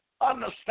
understand